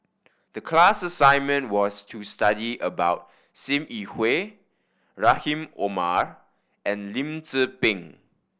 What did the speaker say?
the class assignment was to study about Sim Yi Hui Rahim Omar and Lim Tze Peng